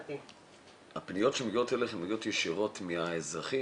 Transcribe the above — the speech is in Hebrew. הפניות שמגיעות אליכם מגיעות ישירות מהאזרחים?